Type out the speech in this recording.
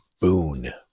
boon